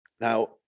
now